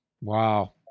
Wow